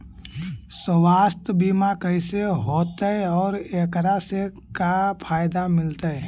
सवासथ बिमा कैसे होतै, और एकरा से का फायदा मिलतै?